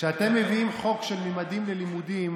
כשאתם מביאים חוק ממדים ללימודים,